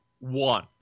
one